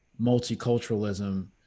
multiculturalism